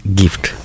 gift